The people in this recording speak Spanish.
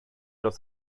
los